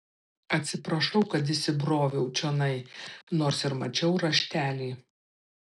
atsiprašau kad įsibroviau čionai nors ir mačiau raštelį